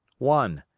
one.